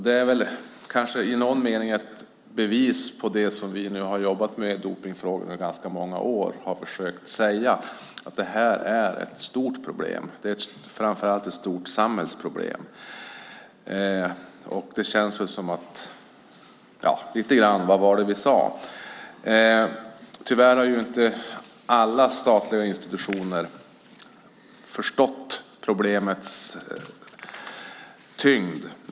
Det är kanske i någon mening ett bevis på det som vi som har jobbat med dopningsfrågor i ganska många år har försökt säga, nämligen att detta är ett stort problem. Det är framför allt ett stort samhällsproblem. Det känns lite grann som att: Vad var det vi sa? Tyvärr har inte alla statliga institutioner förstått problemets tyngd.